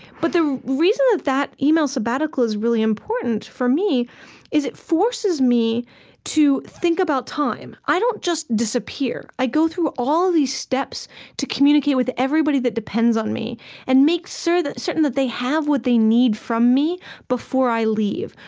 but the reason that that email sabbatical is really important for me is, it forces me to think about time. i don't just disappear. i go through all these steps to communicate with everybody that depends on me and make so certain that they have what they need from me before i leave,